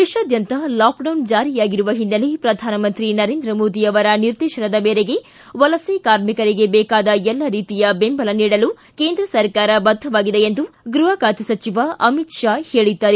ದೇಶಾದ್ಯಂತ ಲಾಕ್ಡೌನ್ ಜಾರಿಯಾಗಿರುವ ಹಿನ್ನೆಲೆ ಪ್ರಧಾನಮಂತ್ರಿ ನರೇಂದ್ರ ಮೋದಿ ಅವರ ನಿರ್ದೇಶನದ ಮೇರೆಗೆ ವಲಸೆ ಕಾರ್ಮಿಕರಿಗೆ ಬೇಕಾದ ಎಲ್ಲ ರೀತಿಯ ಬೆಂಬಲ ನೀಡಲು ಕೇಂದ್ರ ಸರ್ಕಾರ ಬದ್ದವಾಗಿದೆ ಎಂದು ಗೃಹ ಖಾತೆ ಸಚಿವ ಅಮಿತ್ ಶಾ ಹೇಳಿದ್ದಾರೆ